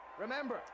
Remember